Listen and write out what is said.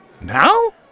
Now